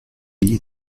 gli